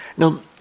Now